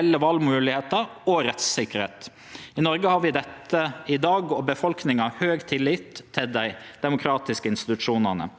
vi kan ikkje ta den høge tilliten og demokratiet for gjeve. Demokratiet må heile tida utviklast i takt med samfunnsutviklinga. I tillegg til å fremje eit forslag